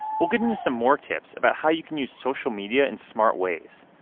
we'll get into some more tips about how you can use social media in smart ways.